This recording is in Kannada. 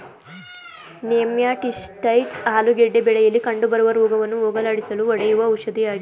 ನೆಮ್ಯಾಟಿಸೈಡ್ಸ್ ಆಲೂಗೆಡ್ಡೆ ಬೆಳೆಯಲಿ ಕಂಡುಬರುವ ರೋಗವನ್ನು ಹೋಗಲಾಡಿಸಲು ಹೊಡೆಯುವ ಔಷಧಿಯಾಗಿದೆ